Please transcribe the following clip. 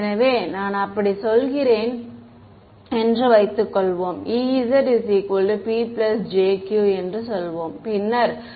எனவே நான் அப்படிச் சொல்கிறேன் என்று வைத்துக்கொள்வோம் ez p jq என்று சொல்வோம்